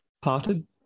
parted